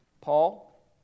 Paul